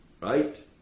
Right